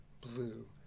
blue